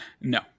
No